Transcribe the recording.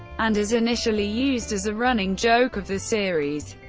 and is initially used as a running joke of the series,